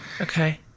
Okay